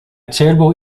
cerbo